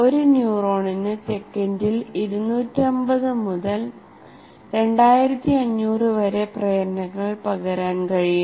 ഒരു ന്യൂറോണിന് സെക്കൻഡിൽ 250 മുതൽ 2500 വരെ പ്രേരണകൾ പകരാൻ കഴിയും